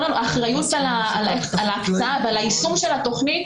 כל האחריות על ההקצאה והיישום של התוכנית